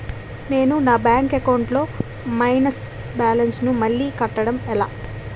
నేను నా bank account లొ మైనస్ బాలన్స్ ను మళ్ళీ కట్టడం ఎలా?